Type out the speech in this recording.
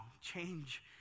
Change